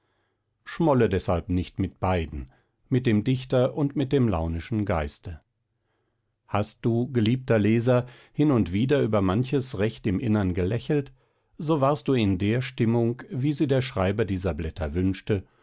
schmolle deshalb nicht mit beiden mit dem dichter und mit dem launischen geiste hast du geliebter leser hin und wieder über manches recht im innern gelächelt so warst du in der stimmung wie sie der schreiber dieser blätter wünschte